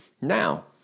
Now